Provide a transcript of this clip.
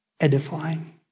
edifying